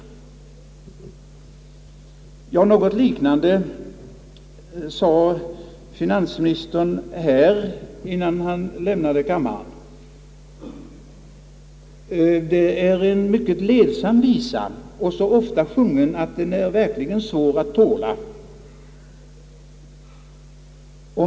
Något liknande sade finansministern här innan han lämnade kammaren. Detta är en mycket ledsam visa, så ofta sjungen att den verkligen är svår att tåla.